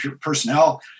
personnel